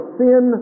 sin